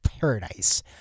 paradise